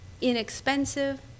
inexpensive